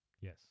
Yes